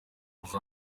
buzaba